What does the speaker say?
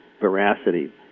veracity